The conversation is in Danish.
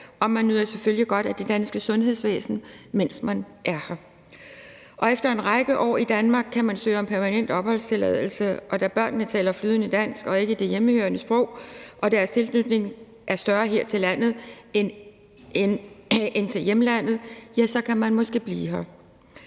og man nyder selvfølgelig godt af det danske sundhedsvæsen, mens man er her. Efter en række år i Danmark kan man søge om permanent opholdstilladelse, og da børnene taler flydende dansk og ikke det hjemmehørende sprog og deres tilknytning er større til landet her end til hjemlandet, ja, så kan man måske blive her.